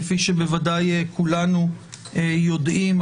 כפי שבוודאי כולנו יודעים,